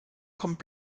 kommt